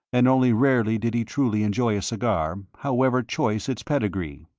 and only rarely did he truly enjoy a cigar, however choice its pedigree.